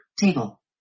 Table